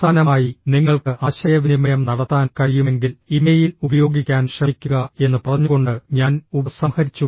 അവസാനമായി നിങ്ങൾക്ക് ആശയവിനിമയം നടത്താൻ കഴിയുമെങ്കിൽ ഇമെയിൽ ഉപയോഗിക്കാൻ ശ്രമിക്കുക എന്ന് പറഞ്ഞുകൊണ്ട് ഞാൻ ഉപസംഹരിച്ചു